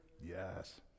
Yes